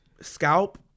scalp